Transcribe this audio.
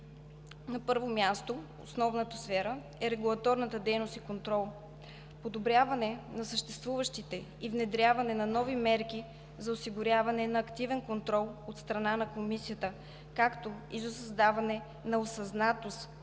На първо място, основната сфера е регулаторната дейност и контрол: подобряване на съществуващите и внедряване на нови мерки за осигуряване на активен контрол от страна на Комисията, както и за създаване на осъзнатост